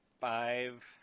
five